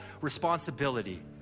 responsibility